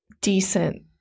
decent